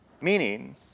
Meaning